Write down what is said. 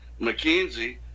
McKenzie